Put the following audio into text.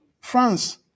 France